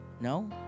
No